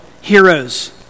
heroes